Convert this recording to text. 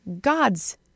god's